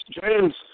James